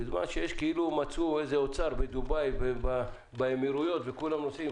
בזמן שכאילו מצאו איזה אוצר בדובאי ובאמירויות וכולם נוסעים,